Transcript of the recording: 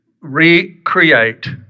recreate